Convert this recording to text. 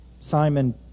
Simon